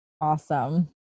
Awesome